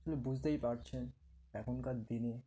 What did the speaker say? আসলে বুঝতেই পারছেন এখনকার দিনে